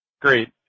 Great